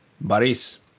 Boris